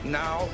now